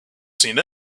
seen